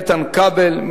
איתן כבל,